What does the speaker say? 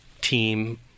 team